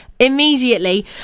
Immediately